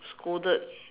scolded